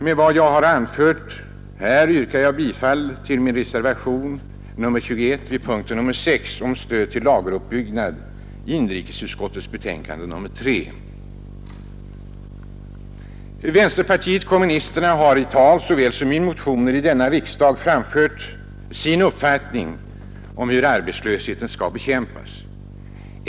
Med vad jag här har anfört yrkar jag bifall till min reservation nr 21 vid punkten 6 om stöd till lageruppbyggnad i inrikesutskottets betänkande nr 3. Vänsterpartiet kommunisterna har i tal såväl som i motioner vid denna riksdag framfört sin uppfattning om hur arbetslösheten skall bekämpas.